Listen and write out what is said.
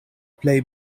plej